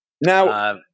Now